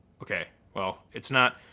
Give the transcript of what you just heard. okay, well it's not.